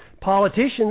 Politicians